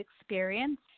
experience